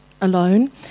alone